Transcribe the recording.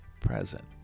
present